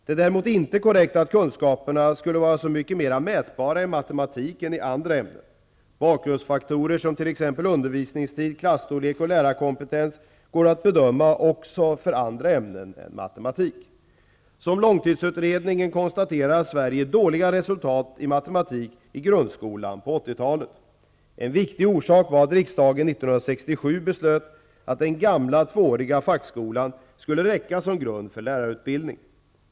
Det är däremot inte korrekt att kunskaperna skulle vara så mycket mer mätbara i matematik än i andra ämnen. Bakgrundsfaktorer som t.ex. undervisningstid, klasstorlek och lärarkompetens går att bedöma också för andra ämnen än matematik. Som långtidsutredningen konstaterar hade Sverige dåliga resultat i matematik i grundskolan på 80 talet. En viktig orsak var att riksdagen 1967 beslöt att den gamla tvååriga fackskolan skulle räcka som grund för lärarutbildning.